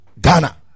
Ghana